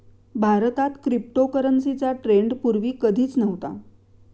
भारतात क्रिप्टोकरन्सीचा ट्रेंड पूर्वी कधीच नव्हता